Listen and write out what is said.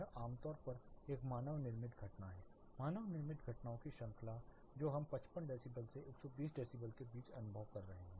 यह आम तौर पर एक मानव निर्मित घटना है मानव निर्मित घटनाओं की श्रृंखला जो हम 55 डेसिबल से 120 डेसिबल के बीच अनुभव कर रहे हैं